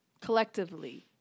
Collectively